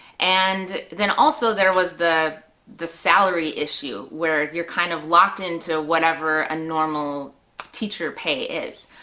and then also there was the the salary issue where you're kind of locked into whatever a normal teacher pay is,